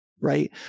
Right